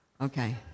okay